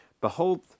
behold